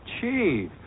Chief